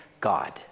God